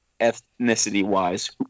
ethnicity-wise